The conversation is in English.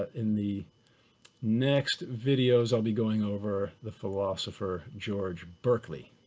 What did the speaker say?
in the next videos, i'll be going over the philosopher george berkeley.